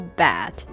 bad